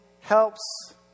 helps